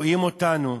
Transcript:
רואים אותנו,